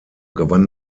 gewann